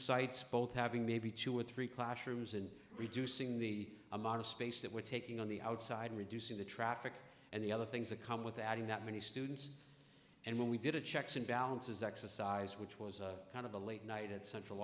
sites both having maybe two or three classrooms in reducing the amount of space that we're taking on the outside reducing the traffic and the other things that come with adding that many students and when we did a checks and balances exercise which was kind of a late night at central